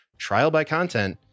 trialbycontent